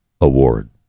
award